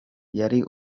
yari